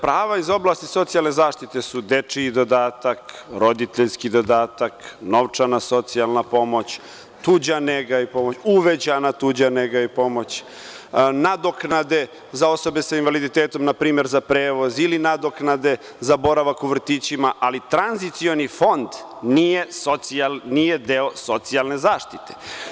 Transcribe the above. Prava iz oblasti socijalne zaštite su dečiji dodatak, roditeljski dodatak, novčana socijalna pomoć, tuđa nega i pomoć, uvećana tuđa nega i pomoć, nadoknade za osobe sa invaliditetom, na primer za prevoz ili nadoknade za boravak u vrtićima, ali tranzicioni fond nije nije deo socijalne zaštite.